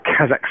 Kazakhstan